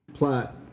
Plot